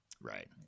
Right